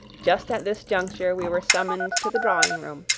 just at this juncture we were summoned to the drawing-room,